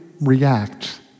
react